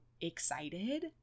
excited